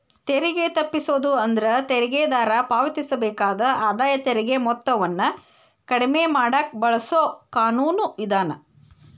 ತೆರಿಗೆ ತಪ್ಪಿಸೋದು ಅಂದ್ರ ತೆರಿಗೆದಾರ ಪಾವತಿಸಬೇಕಾದ ಆದಾಯ ತೆರಿಗೆ ಮೊತ್ತವನ್ನ ಕಡಿಮೆ ಮಾಡಕ ಬಳಸೊ ಕಾನೂನು ವಿಧಾನ